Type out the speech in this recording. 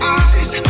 eyes